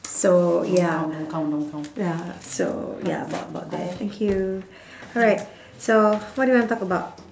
so ya ya so ya thank you alright so what do you want to talk about